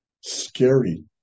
scary